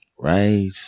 Right